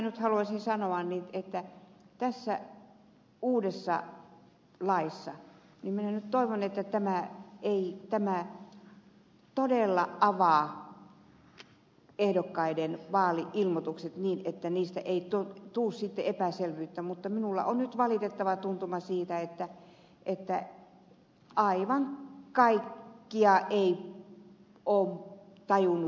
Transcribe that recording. nyt haluaisin sanoa että minä toivon että tämä uusi laki todella avaa ehdokkaiden vaali ilmoitukset niin että niistä ei tule sitten epäselvyyttä mutta minulla on nyt valitettava tuntuma siitä että aivan kaikkia ei tajuta ilmoittaa